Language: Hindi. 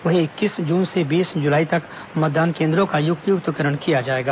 वहीं इक्कीस जून से बीस जुलाई तक मतदान केंद्रों का युक्तियुक्तकरण किया जाएगा